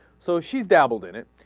so she's dabbled in it